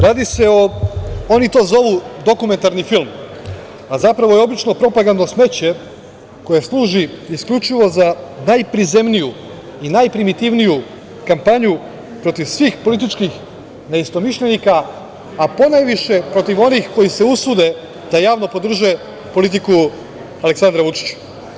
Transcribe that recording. Radi se o, a oni to zovu, dokumentarni film, a zapravo je obično propagandno smeće koje služi isključivo za najprizemniju i najprimitivniju kampanju protiv svih političkih neistomišljenika, a ponajviše protiv onih koji se usude da javno podrže politiku Aleksandra Vučića.